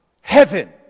Heaven